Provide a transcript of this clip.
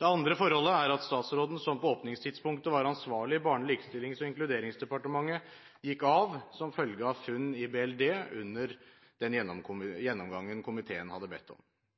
Det andre forholdet er at statsråden som på åpningstidspunktet var ansvarlig i Barne-, likestillings- og inkluderingsdepartementet, gikk av som følge av funn i BLD under den gjennomgangen komiteen hadde bedt om.